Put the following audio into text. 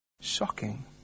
Shocking